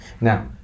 now